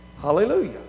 Hallelujah